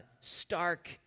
stark